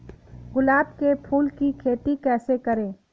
गुलाब के फूल की खेती कैसे करें?